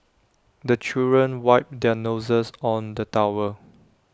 the children wipe their noses on the towel